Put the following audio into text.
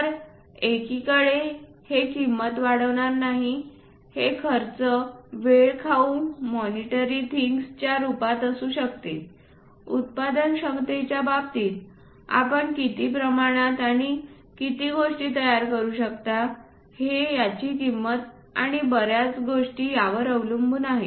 तर एकीकडे हे किंमत वाढविणार नाही हे खर्च वेळ खाऊ मॉनिटरी थिंग्सच्या रूपात असू शकते उत्पादनक्षमतेच्या बाबतीत आपण किती प्रमाणात आणि किती गोष्टी तयार करू इच्छिता हे याची किंमत आणि बर्याच गोष्टी यावर अवलंबून आहे